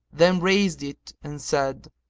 then raised it and said,